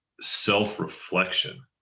self-reflection